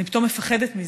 אני פתאום מפחדת מזה.